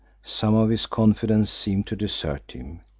some of his confidence seemed to desert him.